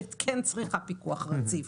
שכן צריכה פיקוח רציף.